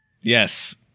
Yes